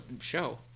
show